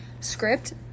script